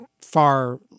far